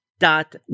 dot